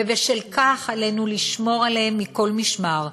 ובשל כך עלינו לשמור עליהם מכל משמר,